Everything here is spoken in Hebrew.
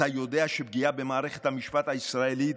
אתה יודע שפגיעה במערכת המשפט הישראלית,